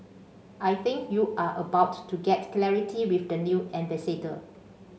I think you are about to get clarity with the new ambassador